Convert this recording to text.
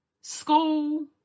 school